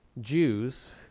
Jews